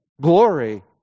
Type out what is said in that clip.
glory